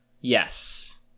Yes